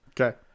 Okay